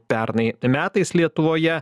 pernai metais lietuvoje